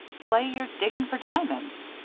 play you're digging for diamonds.